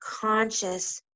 conscious